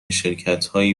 شرکتهایی